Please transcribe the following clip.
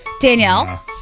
Danielle